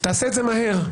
תעשה את זה מהר,